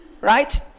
Right